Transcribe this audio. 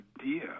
idea